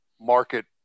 market